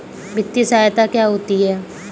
वित्तीय सहायता क्या होती है?